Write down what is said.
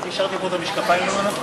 אני השארתי את המשקפיים פה למעלה?